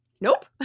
Nope